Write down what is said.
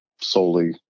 solely